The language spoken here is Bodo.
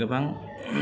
गोबां